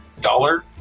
Dollar